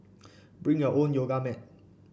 bring your own yoga mat